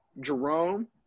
Jerome